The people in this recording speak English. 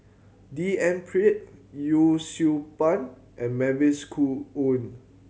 D N Pritt Yee Siew Pun and Mavis Khoo Oei